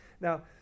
Now